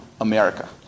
America